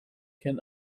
can